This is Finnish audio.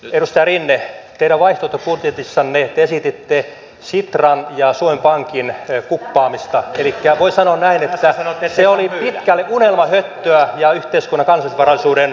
edustaja rinne teidän vaihtoehtobudjetissanne te esititte sitran ja suomen pankin kuppaamista elikkä voi sanoa näin että se oli pitkälle unelmahöttöä ja yhteiskunnan kansallisvarallisuuden myymistä